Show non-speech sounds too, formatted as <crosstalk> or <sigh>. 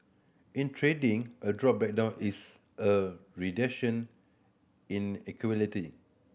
in trading a drawback down is a reduction in <unintelligible>